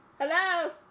Hello